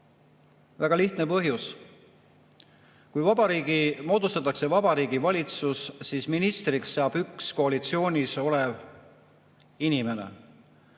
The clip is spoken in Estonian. Väga lihtne põhjus. Kui moodustatakse Vabariigi Valitsus, siis ministriks saab üks koalitsioonis olev inimene